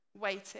waiting